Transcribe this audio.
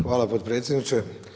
Hvala potpredsjedniče.